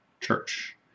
church